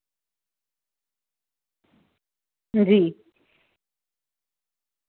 जी